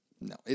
No